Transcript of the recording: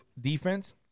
defense